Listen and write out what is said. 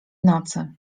nocy